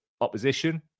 opposition